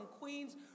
Queens